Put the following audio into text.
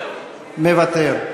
מוותר.